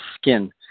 skin